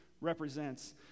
represents